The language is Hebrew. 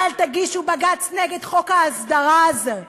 אל תגישו בג"ץ נגד חוק ההסדרה הזה.